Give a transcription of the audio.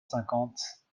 cinquante